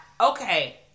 okay